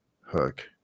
hook